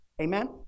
Amen